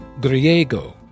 griego